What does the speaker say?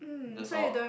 that's all